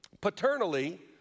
paternally